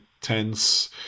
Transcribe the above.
tense